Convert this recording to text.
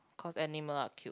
cause animal are cute